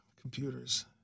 computers